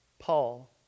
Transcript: Paul